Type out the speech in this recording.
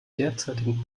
derzeitigen